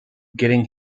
getting